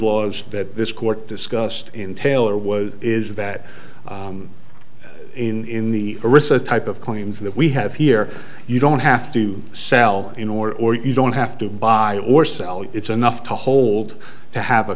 laws that this court discussed in taylor was is that in the arista type of claims that we have here you don't have to sell in order or you don't have to buy or sell you it's enough to hold to have a